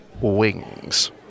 wings